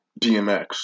DMX